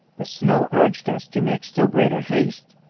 the snow urged us to make still greater haste,